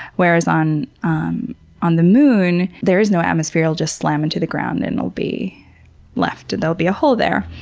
whereas on on the moon, there is no atmosphere, it'll just slam into the ground, and it'll be left, and there will be a hole there.